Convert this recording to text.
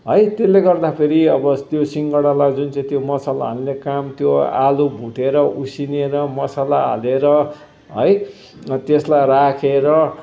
है त्यसले गर्दा फेरि अब सिङ्गडालाई जुन चाहिँ त्यो मसला हाल्ने काम त्यो आलु भुटेर उसिनेर मसला हालेर है त्यसलाई राखेर